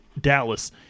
Dallas